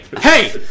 hey